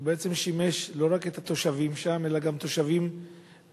שבעצם שימש לא רק את התושבים שם אלא גם את התושבים בסביבה,